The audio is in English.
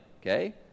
Okay